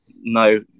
no